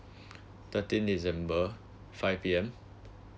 thirteen december five P_M